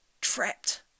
Trapped